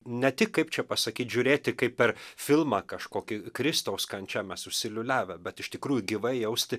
ne tik kaip čia pasakyt žiūrėti kaip per filmą kažkokį kristaus kančią mes užsiliūliavę bet iš tikrųjų gyvai jausti